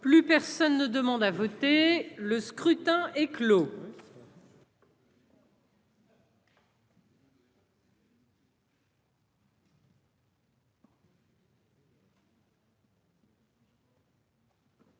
Plus personne ne demande à voter, le scrutin est clos.